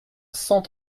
cent